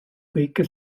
kõike